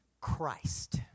Christ